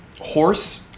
Horse